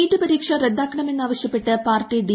NEET പരീക്ഷ റദ്ദാക്കണമെന്ന് ആവശ്യപ്പെട്ട് പാർട്ടി ഡി